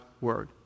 word